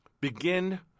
Begin